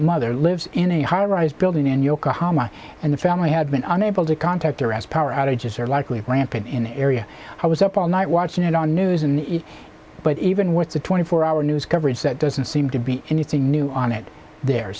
mother lives in a high rise building in yokohama and the family had been unable to contact her as power outages are largely rampant in the area i was up all night watching it on news in the but even with the twenty four hour news coverage that doesn't seem to be anything new on it the